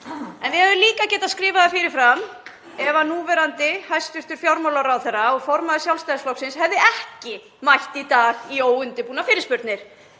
Við hefðum líka getað skrifað það fyrir fram ef núverandi hæstv. fjármálaráðherra og formaður Sjálfstæðisflokksins hefði ekki mætt í dag í óundirbúnar fyrirspurnir.